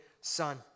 Son